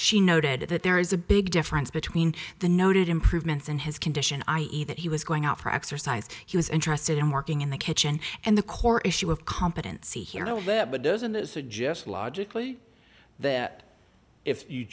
she noted that there is a big difference between the noted improvements in his condition i e that he was going out for exercise he was interested in working in the kitchen and the core issue of competency here nowhere but doesn't that suggest logically that if you